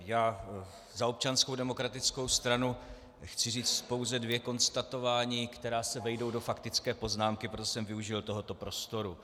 Já za Občanskou demokratickou stranu chci říci pouze dvě konstatování, která se vejdou do faktické poznámky, proto jsem využil tohoto prostoru.